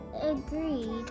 agreed